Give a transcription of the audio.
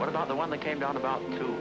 what about the one that came down about two